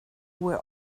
were